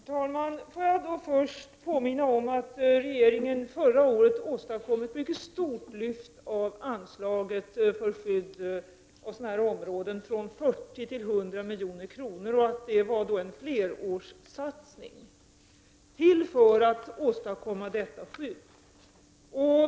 Herr talman! Låt mig först påminna om att regeringen förra året åstadkom ett mycket stort lyft av anslaget för skydd av sådana här områden, från 40 milj.kr. till 100 milj.kr. Det var en flerårssatsning, vars syfte är att åstadkomma detta skydd.